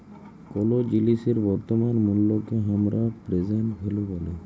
কোলো জিলিসের বর্তমান মুল্লকে হামরা প্রেসেন্ট ভ্যালু ব্যলি